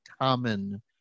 common